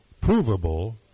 provable